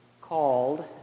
called